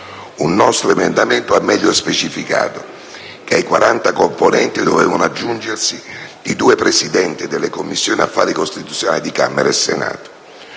Un nostro emendamento ha meglio specificato che ai quaranta componenti dovevano aggiungersi i due Presidenti delle Commissioni affari costituzionali di Camera e Senato.